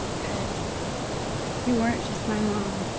because you weren't just my mom,